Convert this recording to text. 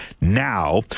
now